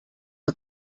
que